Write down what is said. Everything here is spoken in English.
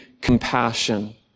compassion